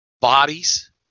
bodies